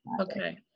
okay